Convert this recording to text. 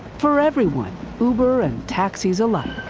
for everyone. uber and taxis alike.